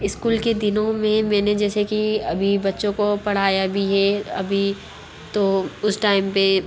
school के दिनों में मैंने जैसे कि अभी बच्चों को पढ़ाया भी है अभी तो उस टाइम पर